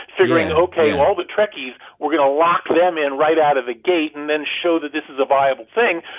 figuring, ok, all the trekkies, we're going to lock them in right out of the gate and then show that this is a viable thing.